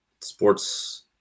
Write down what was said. Sports